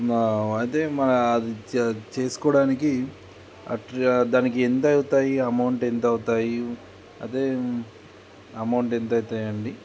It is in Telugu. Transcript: అదే మన అది చేసుకోవడానికి అ దానికి ఎంత అవుతాయి అమౌంట్ ఎంత అవుతాయి అదే అమౌంట్ ఎంత అవుతాయి అండి